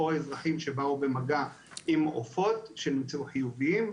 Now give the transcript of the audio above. או אזרחים שבאו במגע עם עופות שנמצאו חיוביים.